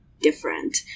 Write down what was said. different